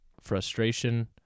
frustration